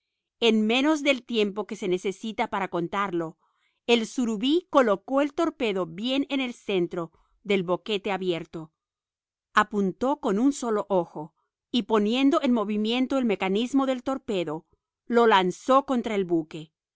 en menos del tiempo que se necesita para contarlo el surubí colocó el torpedo bien en el centro del boquete abierto apuntando con un solo ojo y poniendo en movimiento el mecanismo del torpedo lo lanzó contra el buque